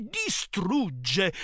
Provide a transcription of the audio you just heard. distrugge